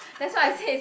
that's why I say is a